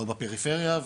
לא בפריפריה,